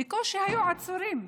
בקושי היו עצורים,